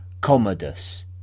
Commodus